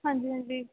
ਹਾਂਜੀ ਹਾਂਜੀ